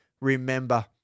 remember